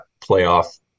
playoff